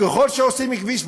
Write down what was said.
כשעושים כביש,